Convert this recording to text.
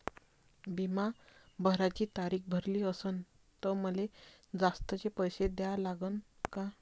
बिमा भराची तारीख भरली असनं त मले जास्तचे पैसे द्या लागन का?